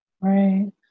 Right